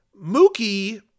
Mookie